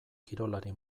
kirolari